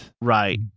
right